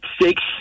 six